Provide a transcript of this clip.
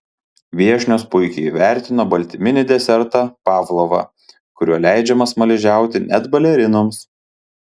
viešnios puikiai įvertino baltyminį desertą pavlovą kuriuo leidžiama smaližiauti net balerinoms